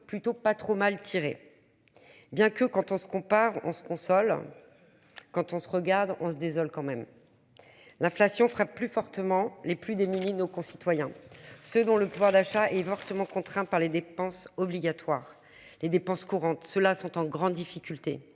plutôt pas trop mal tiré. Bien que quand on se compare on se console. Quand on se regarde, on se désole quand même. L'inflation frappe plus fortement les plus des nos concitoyens, ceux dont le pouvoir d'achat est fortement contraint par les dépenses obligatoires les dépenses courantes, ceux-là sont en grande difficulté.